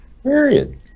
period